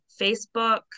Facebook